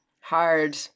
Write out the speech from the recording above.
hard